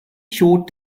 short